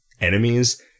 enemies